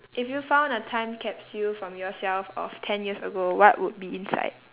if you found a time capsule from yourself of ten years ago what would be inside